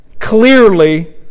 Clearly